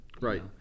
Right